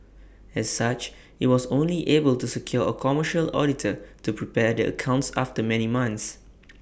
as such IT was only able to secure A commercial auditor to prepare the accounts after many months